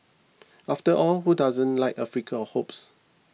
after all who doesn't like a flicker of hopes